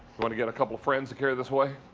want to get a couple friend to carry this away?